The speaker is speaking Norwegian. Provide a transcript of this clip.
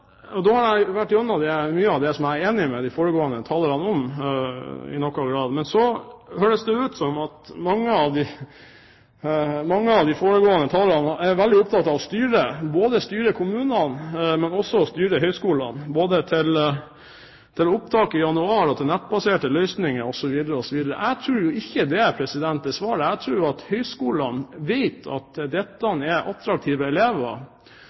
Da har jeg vært gjennom mye av det jeg er enig med de foregående talerne om i noen grad. Så høres det ut som om mange av de foregående talerne er veldig opptatt av å styre både kommunene og også høyskolene når det gjelder opptak i januar og nettbaserte løsninger osv. Jeg tror ikke det er svaret. Jeg tror at høyskolene vet at dette er svært attraktive